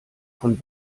von